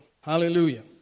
Hallelujah